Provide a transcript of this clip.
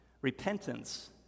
repentance